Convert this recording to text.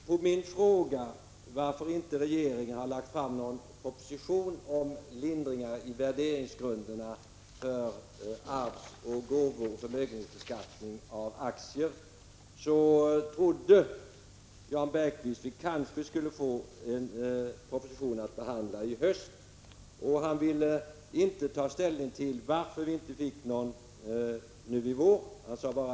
På min fråga varför regeringen inte har lagt fram någon proposition om lindringar i värderingsgrunderna för arv och gåvor vid förmögenhetsbeskattning av aktier svarade Jan Bergqvist att han trodde att vi kanske skulle få en proposition att behandla i höst och ville inte ta ställning till varför det inte kom någon proposition nu i vår.